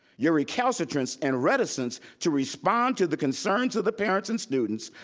your recalcitrance and reticence to respond to the concerns of the parents and students,